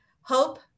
Hope